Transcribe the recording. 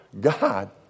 God